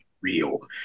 real